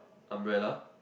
umbrella